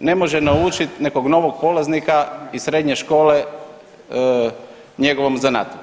ne može naučiti nekog novog polaznika iz srednje škole njegovom zanatu.